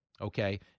Okay